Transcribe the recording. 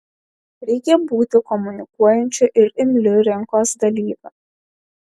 reikia būti komunikuojančiu ir imliu rinkos dalyviu